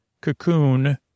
cocoon